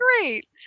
great